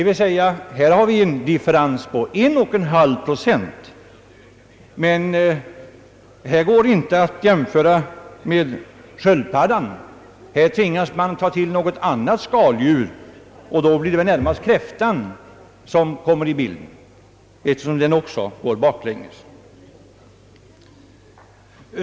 Vi har här alltså en differens på 1,5 procent. Men här går det inte att jämföra med sköldpaddan, utan här tvingas man ta till något annan skaldjur, och då blir det väl närmast kräftan som kommer in i bilden, eftersom den också går baklänges.